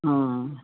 हँ